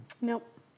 Nope